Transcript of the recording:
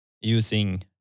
using